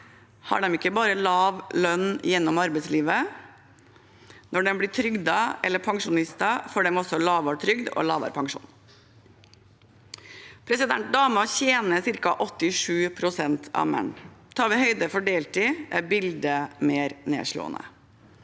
har de ikke bare lav lønn gjennom arbeidslivet. Når de blir trygdet eller pensjonister, får de også lavere trygd og lavere pensjon. Damer tjener ca. 87 pst. av det menn gjør. Tar vi høyde for deltid, er bildet mer nedslående.